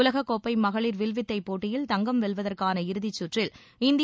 உலக கோப்பை மகளிர் வில்வித்தை போட்டியில் தங்கம் வெல்வதற்கான இறுதிச் சுற்றில் இந்திய